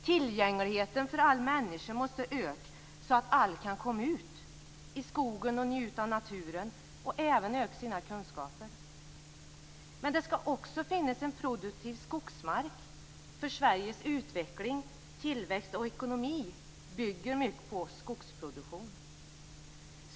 Tillgängligheten för alla människor måste öka så att alla kan komma ut i skogen, njuta av naturen och öka sina kunskaper. Men det ska också finnas en produktiv skogsmark. Sveriges utveckling, tillväxt och ekonomi bygger mycket på skogsproduktion.